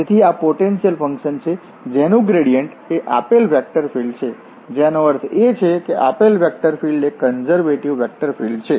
તેથી આ potential function છે જેનું ગ્રેડીયન્ટ એ આપેલ વેક્ટર ફિલ્ડ છે જેનો અર્થ છે કે આપેલ વેક્ટર ફિલ્ડ એક કન્ઝર્વેટિવ વેક્ટર ફીલ્ડ્ છે